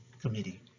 committee